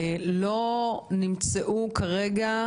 לא נמצאו כרגע